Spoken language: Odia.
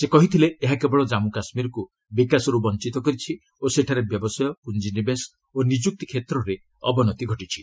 ସେ କହିଥିଲେ ଏହା କେବଳ ଜାନ୍ମୁ କାଶ୍ମୀରକୁ ବିକାଶରୁ ବଞ୍ଚିତ କରିଛି ଓ ସେଠାରେ ବ୍ୟବସାୟ ପୁଞ୍ଜିନିବେଶ ଓ ନିଯୁକ୍ତି କ୍ଷେତ୍ରରେ ଅବନତି ଘଟିଛି